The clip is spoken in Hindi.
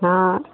हाँ